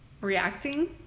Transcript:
Reacting